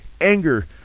Anger